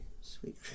Sweet